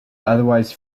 otherwise